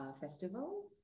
festival